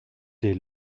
des